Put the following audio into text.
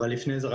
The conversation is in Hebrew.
אבל לפני זה,